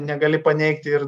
negali paneigti ir